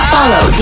Follow